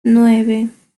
nueve